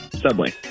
Subway